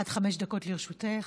עד חמש דקות לרשותך.